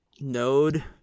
node